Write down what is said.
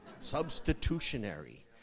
Substitutionary